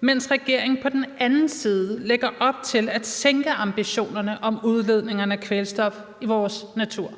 mens regeringen på den anden side lægger op til at sænke ambitionerne om udledningerne af kvælstof i vores natur.